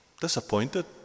Disappointed